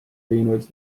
viinud